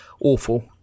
awful